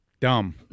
Dumb